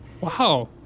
Wow